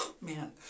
man